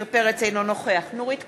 אינו נוכח נורית קורן,